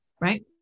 right